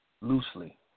loosely